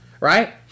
Right